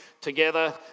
together